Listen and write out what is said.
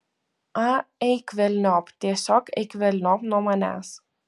a eik velniop tiesiog eik velniop nuo manęs